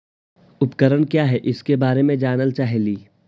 उपकरण क्या है इसके बारे मे जानल चाहेली?